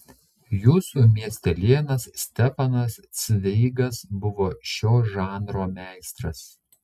jūsų miestelėnas stefanas cveigas buvo šio žanro meistras